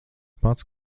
pats